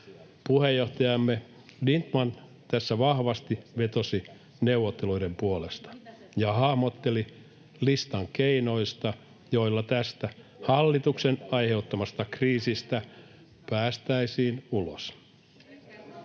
Puheenjohtajamme Lindtman tässä vahvasti vetosi neuvotteluiden puolesta ja hahmotteli listan keinoista, joilla tästä hallituksen aiheuttamasta kriisistä päästäisiin ulos.